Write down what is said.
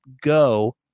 go